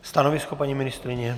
Stanovisko, paní ministryně.